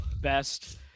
best